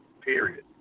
period